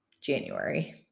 January